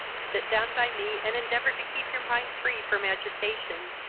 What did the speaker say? sit down by me, and endeavour to keep your mind free from agitation,